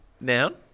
Noun